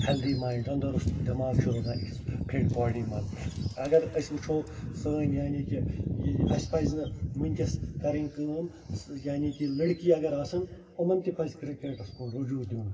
healthy mind تنٛدرُست دیٚماغ چھُ روزان أکِس فِٹ باڈی منٛز اگر أسۍ وُچھو سٲنۍ یعنی کہِ یہِ اسہِ پزِ نہٕ وُنٛکیٚس کرٕنۍ کٲم یعنے کہِ لٔڑکی اگر آسَن یِمن تہِ پَزِ کِرکٹَس کُن رُجوع دیٛن